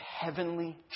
heavenly